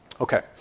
Okay